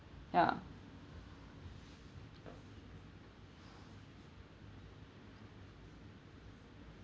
ya